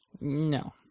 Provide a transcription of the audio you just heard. No